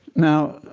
now,